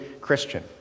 Christian